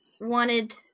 wanted